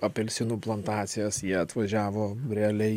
apelsinų plantacijas jie atvažiavo realiai